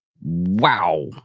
wow